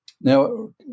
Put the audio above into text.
Now